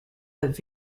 but